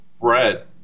Brett